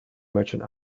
merchant